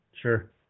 sure